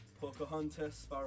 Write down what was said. Pocahontas